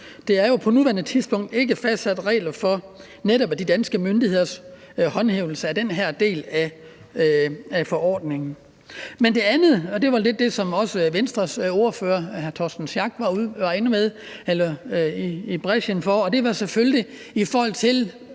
Der er på nuværende tidspunkt ikke fastsat regler for de danske myndigheders håndhævelse af den her del af forordningen. Men det andet, og det var lidt det, som også Venstres ordfører, hr. Torsten Schack Pedersen, var inde på, er det med yderligere